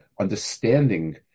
understanding